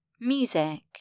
Music